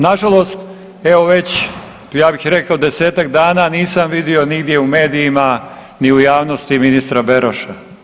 Nažalost evo već ja bih rekao 10-tak dana nisam vidio nigdje u medijima ni u javnosti ministra Beroša.